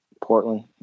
Portland